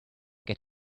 get